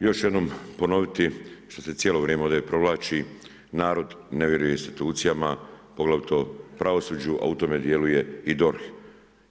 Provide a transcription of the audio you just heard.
Još jednom ću ponoviti što se cijelo vrijeme ovdje provlači, narod ne vjeruje institucijama, poglavito pravosuđu, a u tome djelu je i DORH